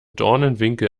dornenwinkel